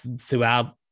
throughout